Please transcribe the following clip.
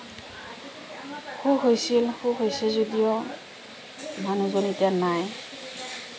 সুখ হৈছিল সুখ হৈছে যদিও মানুহজন এতিয়া নাই